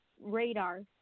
radar